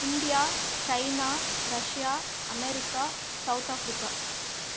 India China Russia America South Africa